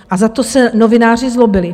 A za to se novináři zlobili.